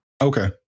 Okay